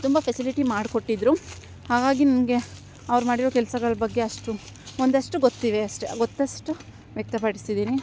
ತುಂಬ ಫೆಸಿಲಿಟಿ ಮಾಡ್ಕೋಟ್ಟಿದ್ದರು ಹಾಗಾಗಿ ನಮಗೆ ಅವ್ರು ಮಾಡಿರೋ ಕೆಲ್ಸಗಳ ಬಗ್ಗೆ ಅಷ್ಟು ಒಂದಷ್ಟು ಗೊತ್ತಿವೆ ಅಷ್ಟೇ ಗೊತ್ತಷ್ಟು ವ್ಯಕ್ತಪಡಿಸಿದ್ದೀನಿ